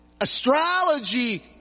astrology